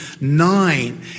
nine